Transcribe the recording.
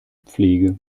pflege